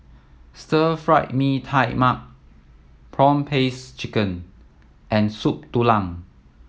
Stir Fry Mee Tai Mak prawn paste chicken and Soup Tulang